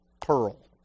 pearl